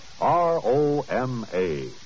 R-O-M-A